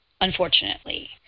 unfortunately